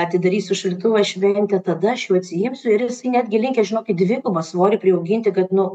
atidarysiu šaldytuvą šventė tada aš jau atsiimsiu ir jisai netgi linkęs žinokit dvigubą svorį priauginti kad nu